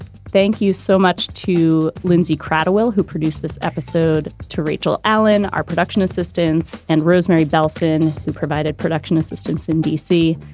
thank you so much to lindsey kratochvil, who produced this episode to rachel allen, our production assistants, and rosemarie bellson, who provided production assistance in d c.